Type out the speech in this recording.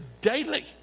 daily